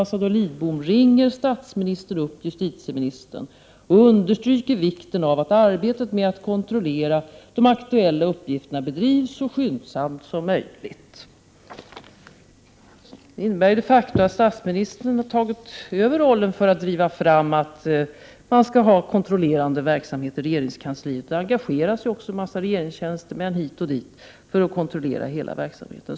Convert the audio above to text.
Därefter framhålls: ”Efter detta samtal tog statsministern kontakt med justitieministern och underströk vikten av att arbetet med att kontrollera de aktuella uppgifterna bedrevs så skyndsamt som möjligt.” Detta innebär de facto att statsministern har tagit över rollen att driva fram en kontrollerande verksamhet i regeringskansliet. Det engageras också en mängd regeringstjänstemän i olika sammanhang för att kontrollera hela verksamheten.